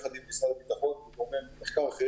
ביחד עם משרדי הממשלה וגורמי מחקר,